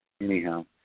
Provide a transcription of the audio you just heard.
Anyhow